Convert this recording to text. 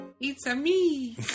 It's-a-me